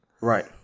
Right